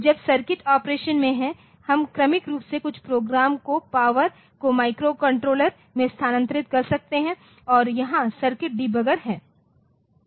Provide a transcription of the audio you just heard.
जब circuit operation में हैहम क्रमिक रूप से कुछ प्रोग्राम को पावर को माइक्रोकंट्रोलर में स्थानांतरित कर सकते हैं और यहाँ सर्किट डिबगर है